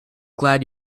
glad